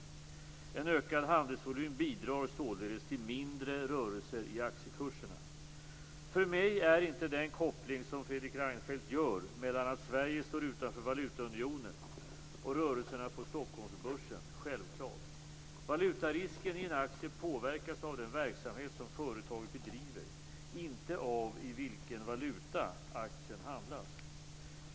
En ökad handelsvolym bidrar således till mindre rörelser i aktiekurserna. För mig är inte den koppling som Fredrik Reinfeldt gör mellan att Sverige står utanför valutaunionen och rörelserna på Stockholmsbörsen självklar. Valutarisken i en aktie påverkas av den verksamhet som företaget bedriver, inte av i vilken valuta aktien handlas.